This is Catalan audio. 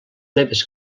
meves